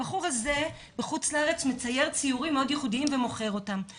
הבחור הזה מצייר ציורים מאוד ייחודיים ומוכר אותם בחוץ לארץ.